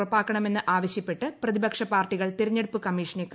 ഉറപ്പാക്കണമെന്ന് ആഖ്ത്ത്പ്പെട്ട് പ്രതിപക്ഷ പാർട്ടികൾ തിരഞ്ഞെടുപ്പ് കമ്മീഷ്നെ കണ്ടു